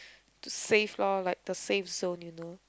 to save lor like the safe zone you know